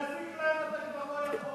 להזיק להם אתה כבר לא יכול.